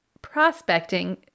prospecting